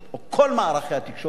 או כל מערכי התקשורת,